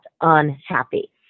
unhappy